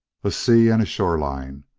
a sea and a shoreline,